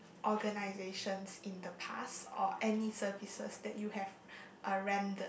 organisations in the past or any services that you have uh rendered